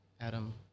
Adam